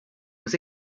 was